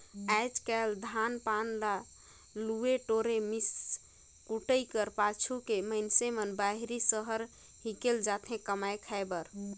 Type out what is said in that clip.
आएज काएल धान पान ल लुए टोरे, मिस कुइट कर पाछू के मइनसे मन बाहिर सहर हिकेल जाथे कमाए खाए बर